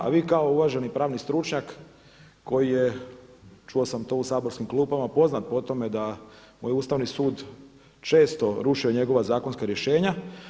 A vi kao uvaženi pravni stručnjak koji je čuo sam to u saborskim klupama poznat po tome da mu je Ustavni sud često rušio njegova zakonska rješenja.